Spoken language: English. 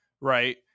right